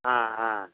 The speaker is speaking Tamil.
ஆ ஆ